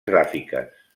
gràfiques